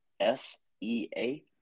S-E-A